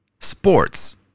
Sports